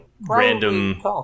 random